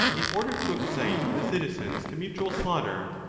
in order to excite the citi zens to mutual slaughter,